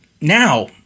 Now